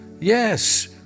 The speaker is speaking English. Yes